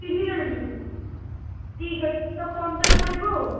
ତିନି ଜଣ ଯିବେ ଠିକ୍ ଅଛି ତ ପନ୍ଦର ପଡ଼ିବ ଆଉ